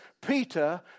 Peter